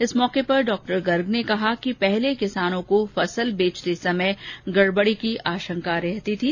इस मौके पर डॉक्टर गर्ग ने कहा कि पहले किसानों को फसल बेचते समय गड़बड़ी की आशंका रहती थी